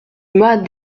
mas